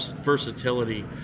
versatility